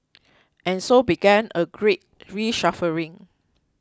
and so began a great reshuffling